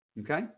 okay